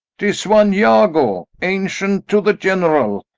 tis one iago, ancient to the general.